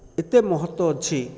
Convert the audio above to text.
ଏତେ ମହତ୍ୱ ଅଛି